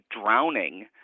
drowning